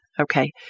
Okay